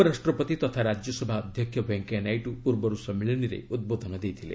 ଉପରାଷ୍ଟ୍ରପତି ତଥା ରାଜ୍ୟସଭା ଅଧ୍ୟକ୍ଷ ଭେଙ୍କୟା ନାଇଡୁ ପୂର୍ବରୁ ସମ୍ମିଳନୀରେ ଉଦ୍ବୋଧନ ଦେଇଥିଲେ